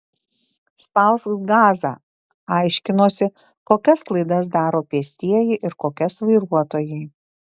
spausk gazą aiškinosi kokias klaidas daro pėstieji ir kokias vairuotojai